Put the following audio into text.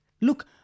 Look